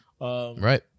Right